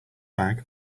bag